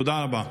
תודה רבה.